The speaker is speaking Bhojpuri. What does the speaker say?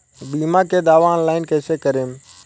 बीमा के दावा ऑनलाइन कैसे करेम?